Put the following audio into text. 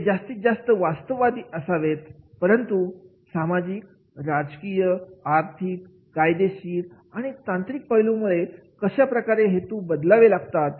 ते जास्तीत जास्त वास्तववादी असावेत परंतु सामाजिक राजकीय आर्थिक कायदेशीर आणि तांत्रिक पैलू मुळे कशाप्रकारचे हेतू बदलावे लागतात